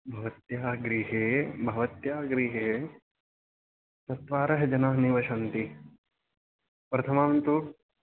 भवत्याः गृहे भवत्याः गृहे चत्वारः जनाः निवशन्ति प्रथमं तु